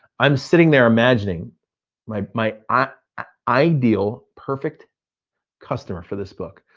i'm sitting there imagining my my ah ideal, perfect customer for this book.